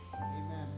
Amen